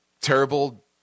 terrible